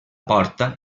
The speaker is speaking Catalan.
porta